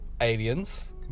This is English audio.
Aliens